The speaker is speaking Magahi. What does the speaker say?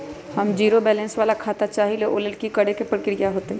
हम जीरो बैलेंस वाला खाता चाहइले वो लेल की की प्रक्रिया होतई?